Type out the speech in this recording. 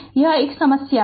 तो यह एक समस्या है